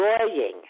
enjoying